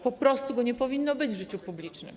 Po prostu tego nie powinno być w życiu publicznym.